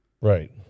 Right